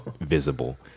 visible